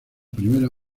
primera